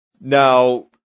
Now